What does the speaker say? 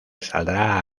saldrá